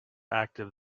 active